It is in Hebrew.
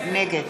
נגד